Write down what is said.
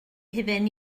hufen